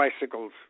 bicycles